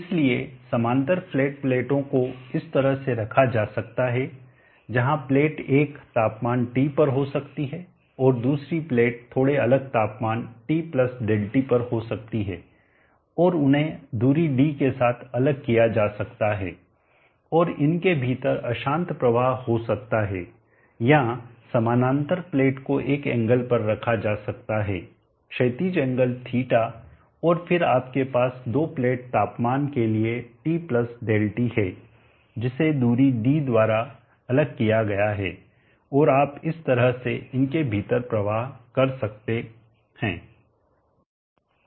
इसलिए समानांतर फ्लैट प्लेटों को इस तरह से रखा जा सकता है जहां प्लेट 1 तापमान T पर हो सकती है और दूसरी प्लेट थोड़े अलग तापमान T∆T पर हो सकती है और उन्हें दूरी d के साथ अलग किया जा सकता है और इनके भीतर अशांत प्रवाह हो सकता हैया समानांतर प्लेट को एक एंगल पर रखा जा सकता है क्षैतिज एंगल θ और फिर आपके पास 2 प्लेट तापमान के लिए T ΔT है जिसे दूरी d द्वारा अलग किया गया है और आप इस तरह से इनके भीतर प्रवाह कर सकते हैं